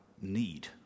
need